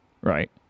right